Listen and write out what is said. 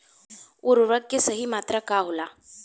उर्वरक के सही मात्रा का होला?